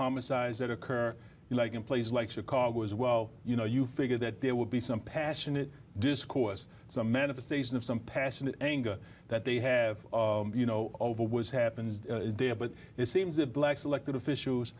homicides that occur like in places like chicago as well you know you figure that there will be some passionate discourse some manifestation of some past and anger that they have you know over was happening there but it seems that blacks elected officials